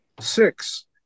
Six